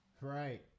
Right